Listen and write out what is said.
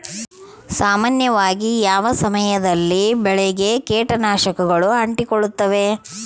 ಸಾಮಾನ್ಯವಾಗಿ ಯಾವ ಸಮಯದಲ್ಲಿ ಬೆಳೆಗೆ ಕೇಟನಾಶಕಗಳು ಅಂಟಿಕೊಳ್ಳುತ್ತವೆ?